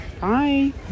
Bye